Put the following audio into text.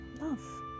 Love